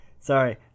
Sorry